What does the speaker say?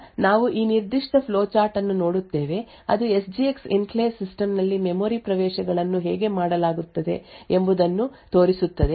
ಆದ್ದರಿಂದ ನಾವು ಈ ನಿರ್ದಿಷ್ಟ ಫ್ಲೋ ಚಾರ್ಟ್ ಅನ್ನು ನೋಡುತ್ತೇವೆ ಅದು S G X enclave system memory ಮೆಮೊರಿ ಪ್ರವೇಶಗಳನ್ನು ಹೇಗೆ ಮಾಡಲಾಗುತ್ತದೆ ಎಂಬುದನ್ನು ತೋರಿಸುತ್ತದೆ